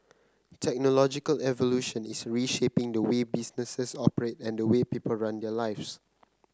technological evolution is reshaping the way businesses operate and the way people run their lives